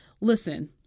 Listen